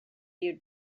you